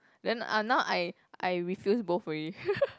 then uh now I I refuse both already